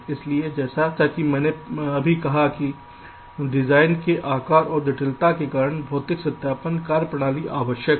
इसलिए जैसा कि आप देख सकते हैं जैसा कि मैंने अभी कहा है कि डिजाइन के आकार और जटिलता के कारण भौतिक सत्यापन कार्यप्रणाली आवश्यक हैं